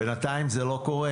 בינתיים זה לא קורה.